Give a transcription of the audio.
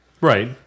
Right